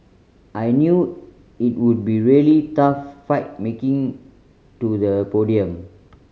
I knew it would be a really tough fight making to the podium